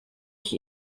ich